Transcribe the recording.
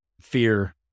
fear